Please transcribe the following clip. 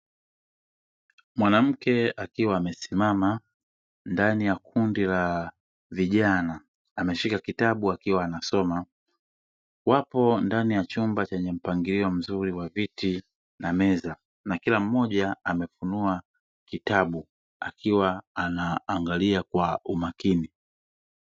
Mwanamke akiwa amesimama ndani ya kundi la vijana, ameshika kitabu akiwa anasoma, wapo ndani ya chumba chenye mpangilio mzuri wa viti na meza, na kila mmoja amefunua kitabu, akiwa anaangalia kwa umakini.